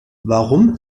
warum